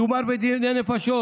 זועק תומר גלאם, "מדובר בדיני נפשות.